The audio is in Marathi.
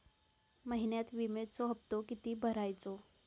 महिन्यात विम्याचो हप्तो किती भरायचो?